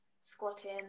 squatting